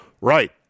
Right